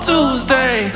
Tuesday